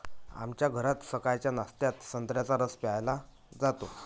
आमच्या घरात सकाळच्या नाश्त्यात संत्र्याचा रस प्यायला जातो